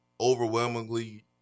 overwhelmingly